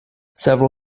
several